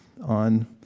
on